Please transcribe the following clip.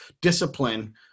discipline